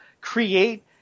create